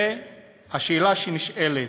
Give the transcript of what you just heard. והשאלה שנשאלת,